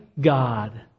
God